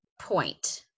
point